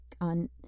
on